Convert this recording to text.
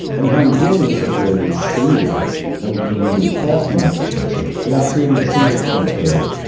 and how do we build it in such a way that it's scalable and we can use it across the infrastructure without creating a single point of failure,